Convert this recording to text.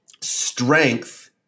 strength